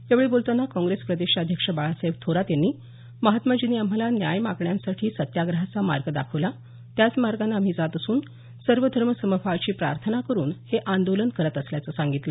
यावेळी बोलताना काँग्रेस प्रदेशाध्यक्ष बाळासाहेब थोरात यांनी महात्माजींनी आम्हाला न्याय मागण्यासाठी सत्याग्रहाचा मार्ग दाखवला त्याच मागोनं आम्ही जात असून सर्वधर्मसमभावाची प्रार्थना करून हे आंदोलन करत असल्याचं सांगितलं